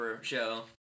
Show